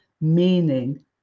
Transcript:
meaning